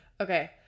Okay